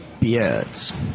beards